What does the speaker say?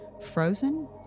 frozen